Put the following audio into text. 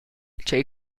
tgei